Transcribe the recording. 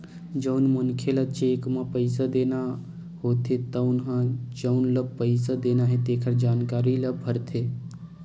जउन मनखे ल चेक म पइसा देना होथे तउन ह जउन ल पइसा देना हे तेखर जानकारी ल भरथे